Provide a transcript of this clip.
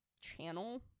channel